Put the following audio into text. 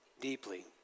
deeply